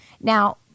Now